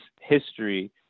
history